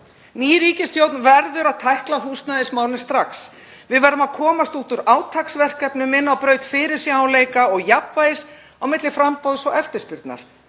Ný ríkisstjórn verður að tækla húsnæðismálin strax. Við verðum að komast út úr átaksverkefnum og inn á braut fyrirsjáanleika og jafnvægis á milli framboðs og eftirspurnar.